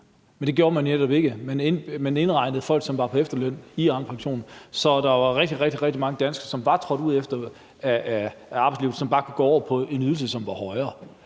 men det gjorde man netop ikke. Man indregnede folk, som var på efterløn, i Arnepensionen, så der var rigtig, rigtig mange danskere, som var trådt ud af arbejdslivet, som bare kunne gå over på en ydelse, som var højere.